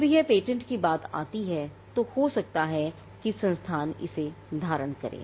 जब यह पेटेंट की बात आती है तो हो सकता है कि संस्थान इसे धारण करे